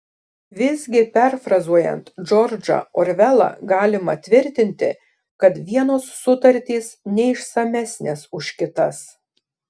visgi perfrazuojant džordžą orvelą galima tvirtinti kad vienos sutartys neišsamesnės už kitas